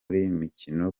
mikino